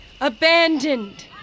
abandoned